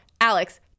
Alex